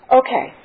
okay